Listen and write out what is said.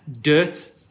dirt